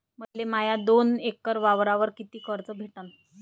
मले माया दोन एकर वावरावर कितीक कर्ज भेटन?